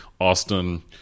Austin